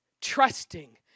Trusting